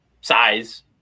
size